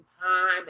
time